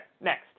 next